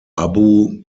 abu